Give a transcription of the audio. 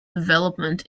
development